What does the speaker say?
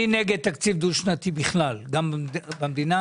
אני נגד תקציב דו-שנתי בכלל וגם במדינה.